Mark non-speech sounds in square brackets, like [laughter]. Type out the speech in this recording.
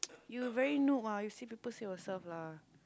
[noise] you very noob ah you say people say yourself lah